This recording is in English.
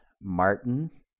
Martin